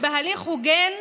בהליך הוגן,